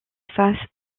face